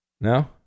no